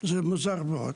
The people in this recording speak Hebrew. זה מוזר מאוד.